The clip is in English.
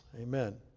Amen